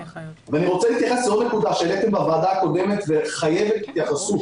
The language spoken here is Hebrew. ואני רוצה להתייחס לעוד נקודה שהעליתם בוועדה הקודמת וחייבת התייחסות,